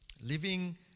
living